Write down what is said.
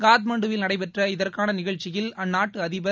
காட்மாண்டுவில் நடைபெற்ற இதற்கான நிகழ்ச்சியில் அந்நாட்டு அதிபர்